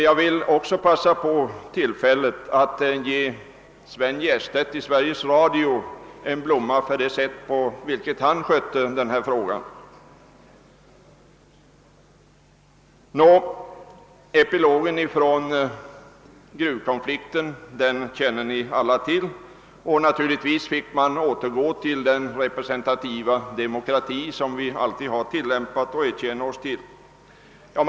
Jag vill passa på tillfället att ge Sven Jerstedt i Sveriges Radio en blomma för det sätt, på vilket han skötte denna fråga. Gruvkonfliktens epilog känner alla till. Naturligtvis fick man återgå till den representativa. demokrati som vi alltid har tillämpat och till vilken vi bekänner oss.